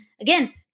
again